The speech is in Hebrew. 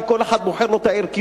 כי כל אחד בוחר לו ערכיות